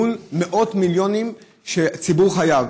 מול מאות מיליונים שהציבור חייב.